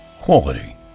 Quality